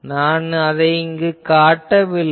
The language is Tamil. அதை நான் இங்கு காட்டவில்லை